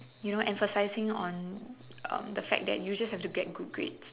you know emphasizing on um the fact that you just have to get good grades